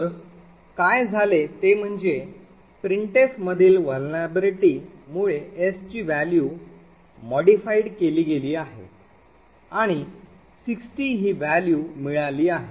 तर काय झाले ते म्हणजे प्रिंटफ मधील vulnerability मुळे s ची व्हॅल्यू सुधारित केली गेली आहे आणि 60 ही व्हॅल्यू मिळाली आहे